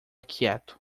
quieto